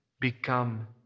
become